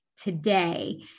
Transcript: Today